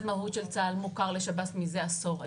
מרכז מהו"ת של צה"ל מוכר לשב"ס מזה עשור.